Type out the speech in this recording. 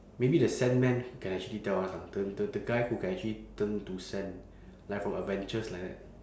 maybe the sandman can actually tell us lah the the the guy who can actually turn to sand like from avengers like that